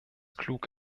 klug